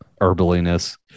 herbaliness